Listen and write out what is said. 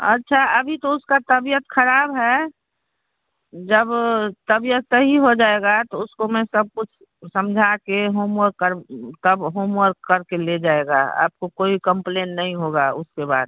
अच्छा अभी तो उसकी तबियत ख़राब है जब तबियत सही हो जाएगी तो उसको मैं सब कुछ समझा के होमवर्क कर कब होमवर्क कर के ले जाएगा आपको कोई कंप्लैन नहीं होगा उसके बाद